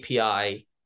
API